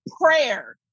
prayer